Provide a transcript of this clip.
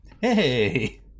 hey